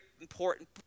important